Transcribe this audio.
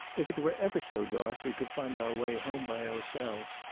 if it were ever so dark we could find our way home by ourselves.